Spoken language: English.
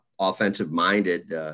offensive-minded